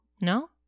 No